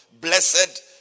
Blessed